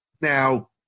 Now